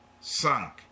Sunk